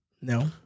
No